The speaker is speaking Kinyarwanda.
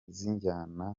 z’injyana